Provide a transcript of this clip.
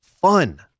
fun